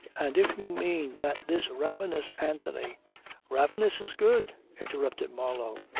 and if you mean that this ravenous anthony ravenous is good, interrupted marlow.